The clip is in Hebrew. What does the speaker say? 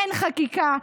אין חקיקה.